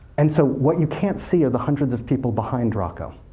and so, what you can't see are the hundreds of people behind rocco.